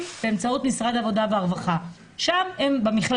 באמצעות משרד העבודה והרווחה במכללות,